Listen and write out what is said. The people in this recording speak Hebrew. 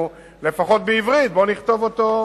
לפחות בעברית בואו ונכתוב אותם